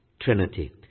Trinity